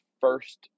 first